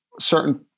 certain